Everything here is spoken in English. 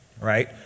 right